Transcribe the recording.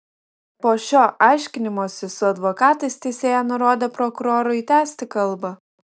po šio aiškinimosi su advokatais teisėja nurodė prokurorui tęsti kalbą